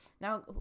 Now